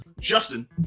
Justin